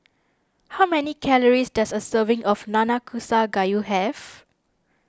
how many calories does a serving of Nanakusa Gayu have